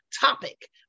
topic